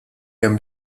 hemm